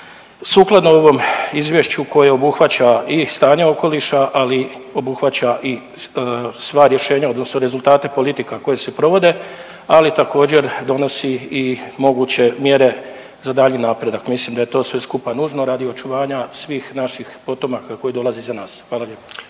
sukladno ovom izvješću koje obuhvaća i stanje okoliša, ali obuhvaća i sva rješenja odnosno rezultate politika koje se provode, ali također donosi i moguće mjere za daljnji napredak. Mislim da je to sve skupa nužno radi očuvanja svih naših potomaka koji dolaze iza nas, hvala lijepo.